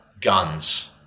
guns